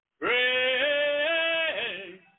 Pray